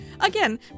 Again